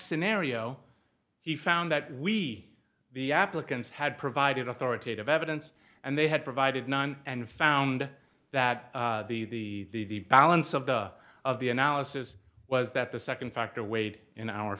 scenario he found that we the applicants had provided authoritative evidence and they had provided none and found that the balance of the of the analysis was that the second factor weighed in our